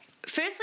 firstly